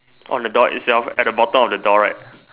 on the door itself at the bottom of the door right